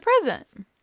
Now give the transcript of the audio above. present